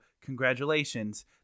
congratulations